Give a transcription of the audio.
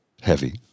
heavy